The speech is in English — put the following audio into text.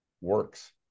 works